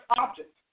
object